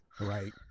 right